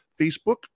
facebook